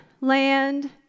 land